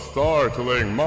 Startling